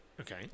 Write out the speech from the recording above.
Okay